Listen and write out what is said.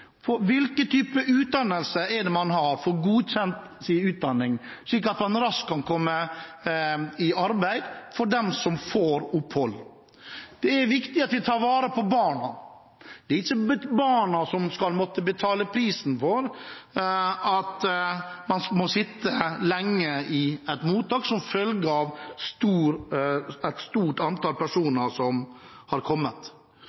utdannelse har man? Kan man få godkjent sin utdanning? Slik kan de som får opphold, raskt komme seg i arbeid. Det er viktig at vi tar vare på barna. Det er ikke barna som skal måtte betale prisen for at man må sitte lenge i et mottak som følge av at et stort antall personer har kommet.